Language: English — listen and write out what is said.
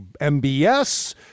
MBS